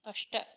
अष्ट